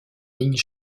lignes